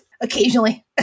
occasionally